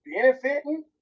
Benefiting